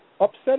upset